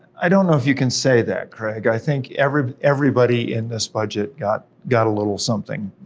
i don't know if you can say that, craig. i think everybody everybody in this budget got got a little something